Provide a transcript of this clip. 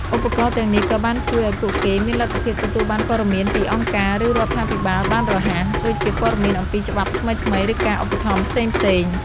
ឧបករណ៍ទាំងនេះក៏បានជួយឱ្យពួកគេមានលទ្ធភាពទទួលបានព័ត៌មានពីអង្គការ ឬរដ្ឋាភិបាលបានរហ័ស ដូចជាព័ត៌មានអំពីច្បាប់ថ្មីៗ ឬការឧបត្ថម្ភផ្សេងៗ។